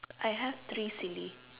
I have three silly